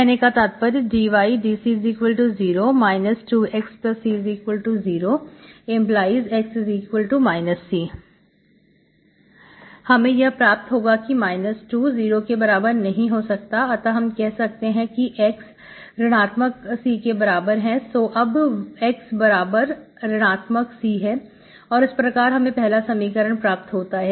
कहने का तात्पर्य dydC0⇒ 2xC0⇒x C हमें यह प्राप्त होगा कि 2 0 के बराबर नहीं हो सकता अतः हम कह सकते हैं कि x ऋणआत्मक C के बराबर है सो अब x बराबर ऋणआत्मक C है और इस प्रकार हमें पहला समीकरण प्राप्त होता है